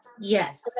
yes